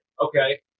okay